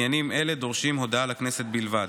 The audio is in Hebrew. עניינים אלה דורשים הודעה לכנסת בלבד: